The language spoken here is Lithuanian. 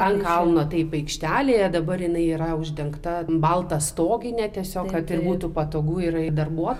ant kalno taip aikštelėje dabar jinai yra uždengta balta stogine tiesiog kad ir būtų patogu ir darbuo